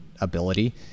ability